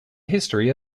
history